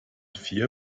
vier